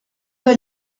del